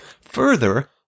Further